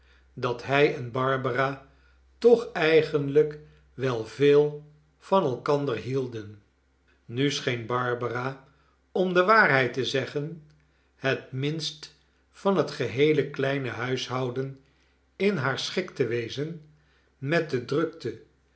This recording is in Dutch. dat hij en barbara toch eigenlijk wel veel van elkander hielden nu scheen barbara om de waarheid te zeggen het minst van het geheele kleine huishouden in haar schik te wezen met de drukte